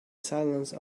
silence